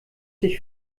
dich